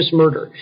murder